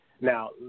Now